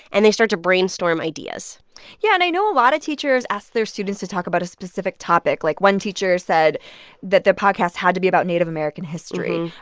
and they start to brainstorm ideas yeah. and i know a lot of teachers ask their students to talk about a specific topic. like, one teacher said that their podcast had to be about native american history.